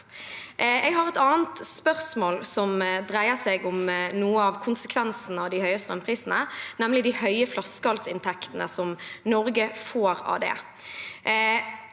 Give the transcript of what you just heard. Jeg har et annet spørsmål, som dreier seg om noen av konsekvensene av de høye strømprisene, nemlig de høye flaskehalsinntektene Norge får av det.